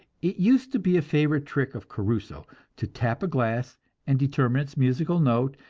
used to be a favorite trick of caruso to tap a glass and determine its musical note,